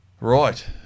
Right